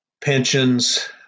pensions